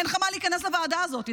אין לך מה להיכנס לוועדה הזאת,